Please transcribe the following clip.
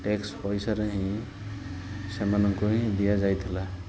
tax ପଇସାରେ ହିଁ ସେମାନଙ୍କୁ ହିଁ ଦିଆଯାଇଥିଲା